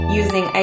using